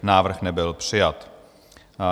Návrh nebyl přijat.